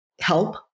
help